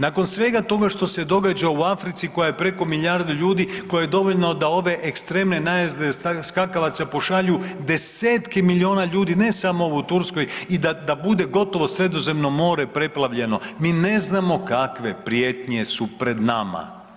Nakon svega toga što se događa u Africi koja je preko milijardu ljudi kojoj je dovoljno da ove ekstremne najezde skakavaca pošalju desetke milijona ljudi ne samo ovo u Turskoj i da, da bude gotovo Sredozemno more preplavljeno, mi ne znamo kakve prijetnje su pred nama.